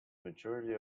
majority